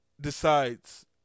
decides